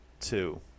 two